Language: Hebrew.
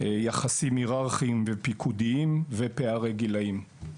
יחסים היררכיים ופיקודיים; ופערי גילאים.